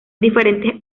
diferentes